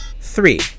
Three